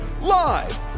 Live